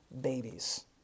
babies